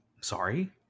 sorry